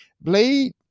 Blade